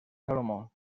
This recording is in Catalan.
salomó